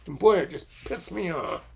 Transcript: boy, it just pissed me off.